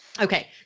Okay